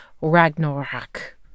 Ragnarok